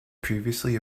previously